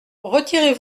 retirez